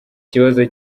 ikibazo